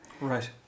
Right